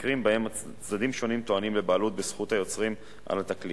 במקרים שבהם צדדים שונים טוענים לבעלות בזכות היוצרים על התקליט.